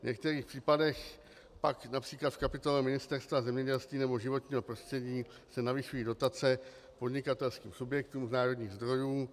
V některých případech pak, například v kapitole Ministerstva zemědělství nebo Ministerstva životního prostředí, se navyšují dotace podnikatelským subjektům z národních zdrojů.